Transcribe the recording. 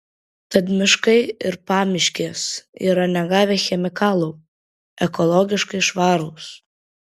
tad miškai ir pamiškės yra negavę chemikalų ekologiškai švarūs